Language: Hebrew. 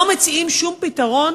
לא מציעים שום פתרון,